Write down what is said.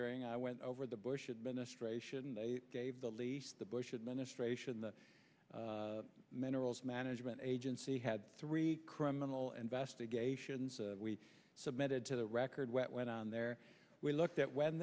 hearing i went over the bush administration they gave the lease the bush administration the minerals management agency had three criminal investigations we submitted to the record what went on there we looked at when